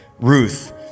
Ruth